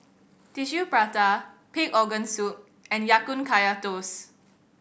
Tissue Prata pig organ soup and Ya Kun Kaya Toast